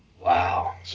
Wow